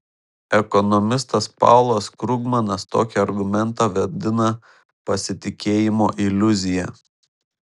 ekonomistas paulas krugmanas tokį argumentą vadina pasitikėjimo iliuzija